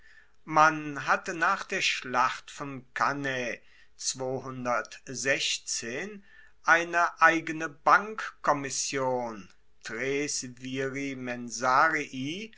man hatte nach der schlacht von cannae eine eigene bankkommission